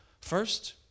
First